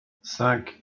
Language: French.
cinq